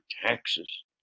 taxes